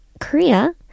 korea